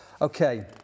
Okay